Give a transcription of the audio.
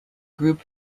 group